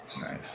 Nice